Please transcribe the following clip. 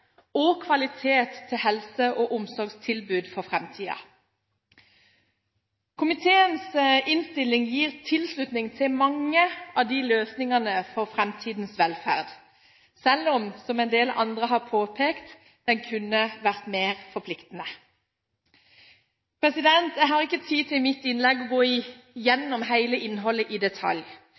og kvalitet til helse- og omsorgstilbud for framtiden. Komiteens innstilling gir tilslutning til mange av løsningene for framtidens velferd, selv om, som en del andre har påpekt, den kunne vært mer forpliktende. Jeg har i mitt innlegg ikke tid til å gå gjennom hele innholdet i detalj,